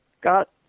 got